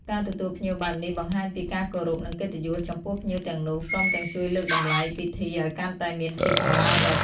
ការទទួលភ្ញៀវបែបនេះ បង្ហាញពីការគោរព និងកិត្តិយសចំពោះភ្ញៀវទាំងនោះ ព្រមទាំងជួយលើកតម្លៃពិធីឱ្យកាន់តែមានភាពឧឡារិក។